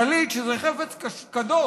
טלית, שזה חפץ קדוש,